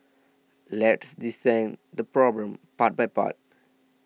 let's dissect the problem part by part